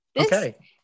Okay